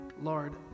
Lord